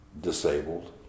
disabled